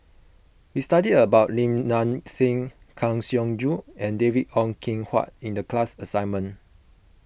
we studied about Lim Nang Seng Kang Siong Joo and David Ong Kim Huat in the class assignment